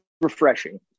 refreshing